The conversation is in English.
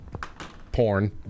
Porn